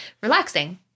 relaxing